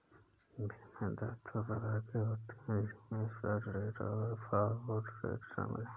विनिमय दर दो प्रकार के होते है जिसमे स्पॉट रेट और फॉरवर्ड रेट शामिल है